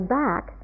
back